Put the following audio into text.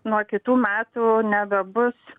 nuo kitų metų nebebus